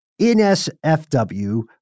NSFW